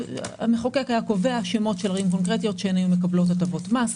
המחוקק היה קובע שמות של ערים קונקרטיות שהיו מקבלות הטבות מס.